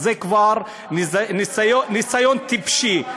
אז זה כבר ניסיון טיפשי.